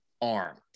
arm